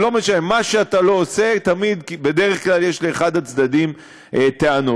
מה שאתה לא עושה, בדרך כלל יש לאחד הצדדים טענות.